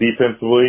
Defensively